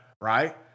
Right